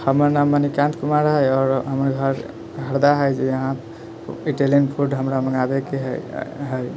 हमर नाम मणिकान्त कुमार है आओर हमर घर हरदा है जो वहांसँ इटालियन फूड हमरा मङ्गाबैके हय घर